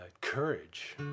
courage